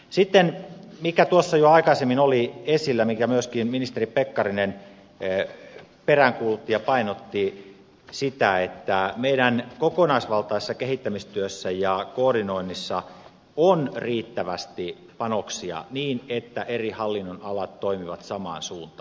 sitten mikä tuossa jo aikaisemmin oli esillä ja mitä myöskin ministeri pekkarinen peräänkuulutti ja painotti meidän kokonaisvaltaisessa kehittämistyössämme ja koordinoinnissamme on riittävästi panoksia niin että eri hallinnonalat toimivat samaan suuntaan